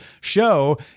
show